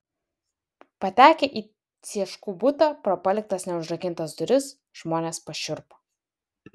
patekę į cieškų butą pro paliktas neužrakintas duris žmonės pašiurpo